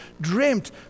dreamt